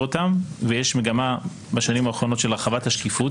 אותן ויש מגמה בשנים האחרונות של הרחבת השקיפות,